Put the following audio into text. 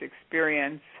experience